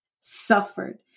suffered